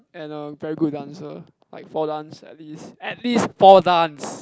and a very good dancer like for dance at least at least four dance